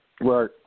right